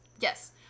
Yes